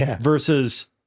Versus